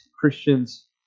Christians